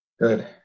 Good